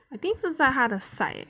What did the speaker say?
I think 是在他的 side eh